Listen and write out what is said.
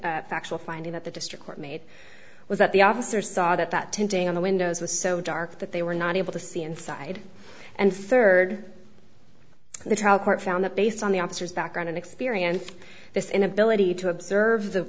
second factual finding that the district court made was that the officer saw that that tenting on the windows was so dark that they were not able to see inside and third the trial court found that based on the officers background and experience this inability to observe the